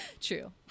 True